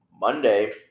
Monday